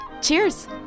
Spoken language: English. Cheers